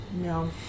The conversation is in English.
No